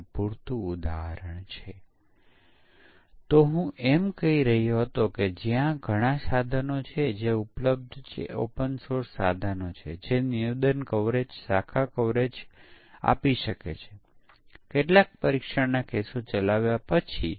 અને દૃશ્ય આધારિત પરીક્ષણમાં આપણે દરેક દૃશ્ય ચલાવવા માટે ફક્ત પરીક્ષણનાં કેસો લખીએ છીએ